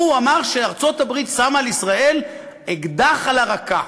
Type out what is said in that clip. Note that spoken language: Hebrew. הוא אמר שארצות-הברית מצמידה לישראל אקדח לרקה.